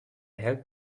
help